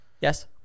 Yes